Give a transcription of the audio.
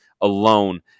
alone